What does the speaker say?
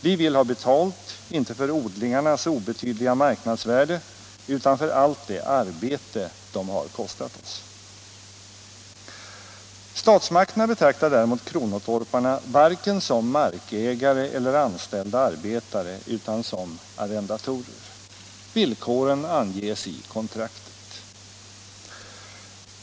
Vi vill ha betalt, inte för odlingarnas obetydliga marknadsvärde, utan för allt det arbete de har kostat oss.” Statsmakterna betraktar däremot kronotorparna varken som markägare eller anställda arbetare utan som arrendatorer. Villkoren anges i kontraktet.